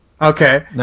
Okay